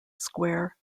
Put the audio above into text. square